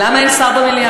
גברתי, למה אין שר במליאה?